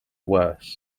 worst